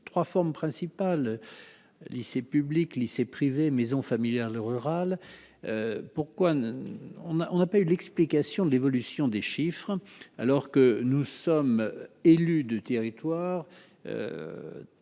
ses 3 formes principales lycée public lycée privé maisons familiales rurales, pourquoi nous on n'a, on n'a pas eu l'explication de l'évolution des chiffres alors que nous sommes élus du territoire